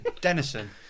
Denison